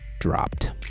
dropped